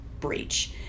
breach